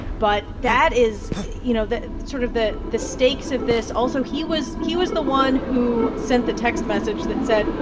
but that is, you know, sort of the the stakes of this. also, he was he was the one who sent the text message that said,